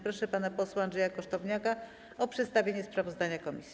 Proszę pana posła Andrzeja Kosztowniaka o przedstawienie sprawozdania komisji.